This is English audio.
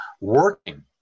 working